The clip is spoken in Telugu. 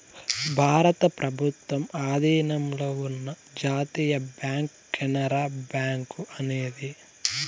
భారత ప్రభుత్వం ఆధీనంలో ఉన్న జాతీయ బ్యాంక్ కెనరా బ్యాంకు అనేది